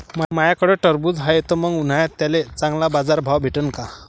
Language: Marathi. माह्याकडं टरबूज हाये त मंग उन्हाळ्यात त्याले चांगला बाजार भाव भेटन का?